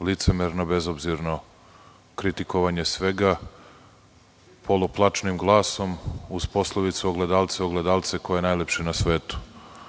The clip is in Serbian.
licemerno i bezobzirno kritikovanje svega, poluplačnim glasom, uz poslovicu - ogledalce, ogledalce, ko je najlepši na